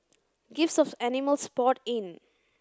gifts of animals poured in